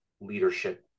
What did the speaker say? leadership